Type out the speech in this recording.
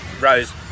Rose